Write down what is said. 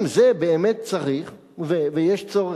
אם זה באמת דרוש ויש צורך,